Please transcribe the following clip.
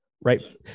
right